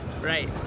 Right